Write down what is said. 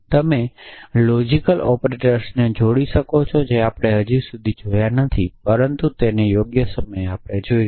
તમે લોજિકલ ઑપરેટર્સને જોડી શકો છો જે આપણે હજી સુધી જોયા નથી પરંતુ તેને યોગ્ય સમયે જોશું